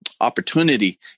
opportunity